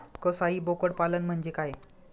कसाई बोकड पालन म्हणजे काय?